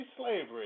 slavery